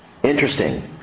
Interesting